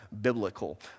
biblical